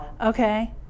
Okay